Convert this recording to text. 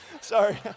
Sorry